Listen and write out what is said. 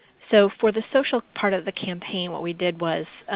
so for the social part of the campaign what we did was